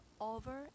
over